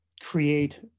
create